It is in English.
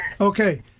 Okay